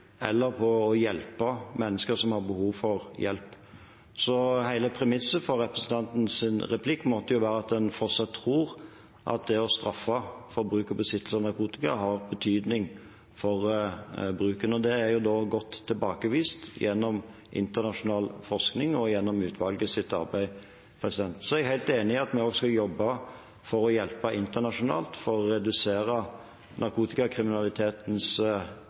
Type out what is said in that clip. eller på å hjelpe mennesker som har behov for hjelp. Så hele premisset for representanten Mørlands replikk måtte være at en fortsatt tror at det å straffe for bruk og besittelse av narkotika har betydning for bruken. Det er godt tilbakevist gjennom internasjonal forskning og gjennom utvalgets arbeid. Så er jeg helt enig i at vi også skal jobbe internasjonalt for å hjelpe til med å redusere narkotikakriminalitetens